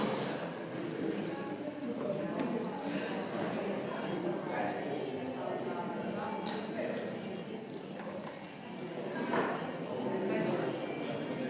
hvala.